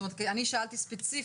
אני שאלתי ספציפית.